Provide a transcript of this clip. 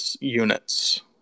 units